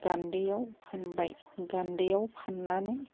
गान्दैयाव फानबाय गान्दैयाव फान्नानै